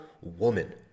woman